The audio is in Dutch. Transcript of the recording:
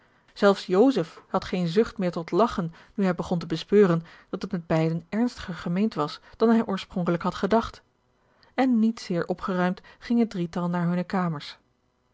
zelfs joseph had geene zucht meer tot lagchen nu hij begon te bespeuren dat het met beiden ernstiger gemeend was dan hij oorspronkelijk had gedacht en niet zeer opgeruimd ging het drietal naar hunne kamers